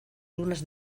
lunas